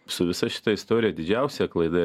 su visa šita istorija didžiausia klaida